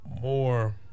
more